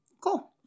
Cool